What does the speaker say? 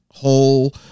Whole